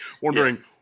wondering